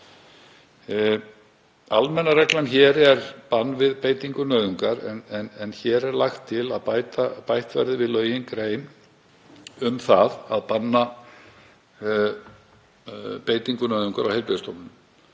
Almenna reglan hér er bann við beitingu nauðungar en lagt er til að bætt verði við lögin grein um það að banna beitingu nauðungar á heilbrigðisstofnunum,